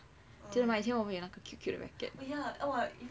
记得吗以前我们有那个 cute cute 的 racket